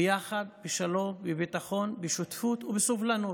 ביחד בשלום, בביטחון, בשותפות ובסובלנות.